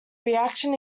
reaction